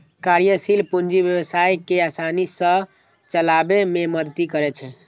कार्यशील पूंजी व्यवसाय कें आसानी सं चलाबै मे मदति करै छै